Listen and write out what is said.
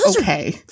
okay